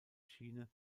schiene